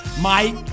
Mike